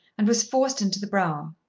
and was forced into the brougham.